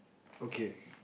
okay